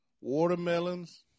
watermelons